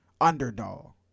underdog